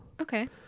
okay